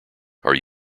are